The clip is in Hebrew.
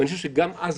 ואני חושב שגם אז,